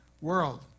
world